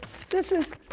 this is,